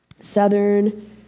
Southern